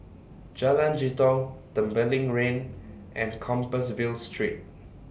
Jalan Jitong Tembeling Lane and Compassvale Street